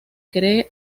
cree